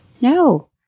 No